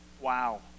wow